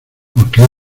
porque